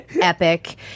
epic